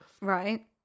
Right